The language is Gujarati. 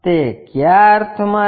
તે કયા અર્થમાં છે